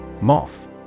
Moth